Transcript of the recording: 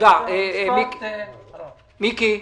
משה שגיא,